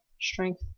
strength